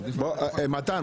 למה אתם